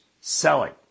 selling